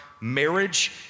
marriage